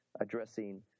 addressing